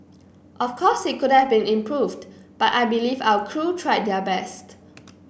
of course it could have been improved but I believe our crew tried their best